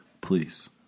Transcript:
please